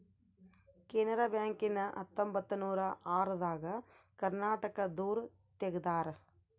Canara bank ನ ಹತ್ತೊಂಬತ್ತನೂರ ಆರ ದಾಗ ಕರ್ನಾಟಕ ದೂರು ತೆಗ್ದಾರ